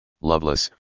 loveless